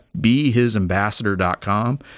behisambassador.com